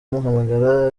amuhamagara